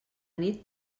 nit